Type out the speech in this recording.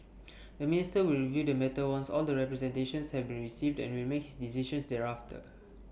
the minister will review the matter once all the representations have been received and will make his decisions thereafter